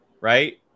right